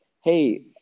hey